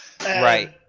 right